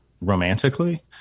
romantically